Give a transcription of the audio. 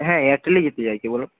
হ্যাঁ এয়ারটেলেই যেতে চাইছি বলুন